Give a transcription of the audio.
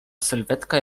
sylwetka